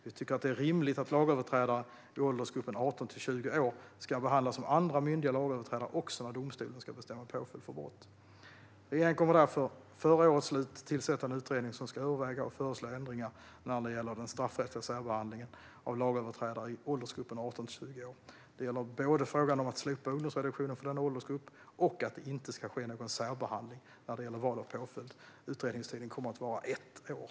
Vi tycker att det är rimligt att lagöverträdare i åldersgruppen 18-20 år ska behandlas som andra myndiga lagöverträdare också när domstolen ska bestämma påföljd för brott. Regeringen kommer därför före årets slut att tillsätta en utredning som ska överväga och föreslå ändringar när det gäller den straffrättsliga särbehandlingen av lagöverträdare i åldersgruppen 18-20 år. Det gäller både frågan om att slopa ungdomsreduktionen för denna åldersgrupp och att det inte ska ske någon särbehandling när det gäller val av påföljd. Utredningstiden kommer att vara ett år.